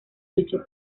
luchó